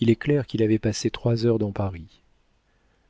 il est clair qu'il avait passé trois heures dans paris